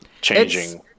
Changing